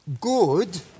good